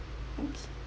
okay